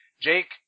Jake